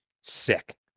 Sick